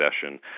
session